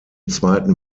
zweiten